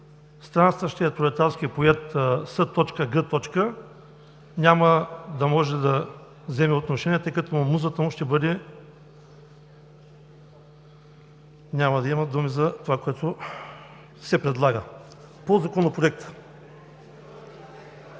странстващият пролетарски поет С.Г. няма да може да вземе отношение, тъй като музата му ще бъде… няма да има думи за това, което се предлага. (Оживление.)